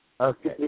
Okay